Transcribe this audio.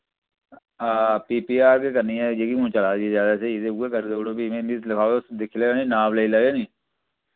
हां पीपीआर गै करनी ऐ जेह्की हु'न चला दी ऐ ज्यादा स्हेई ते उय्यै करी देऊड़ो फ्ही मैं दिक्खी लेयो नी नाप लेई लैयो नी